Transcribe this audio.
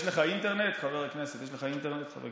יש לך אינטרנט, חבר הכנסת שחאדה?